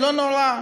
לא נורא.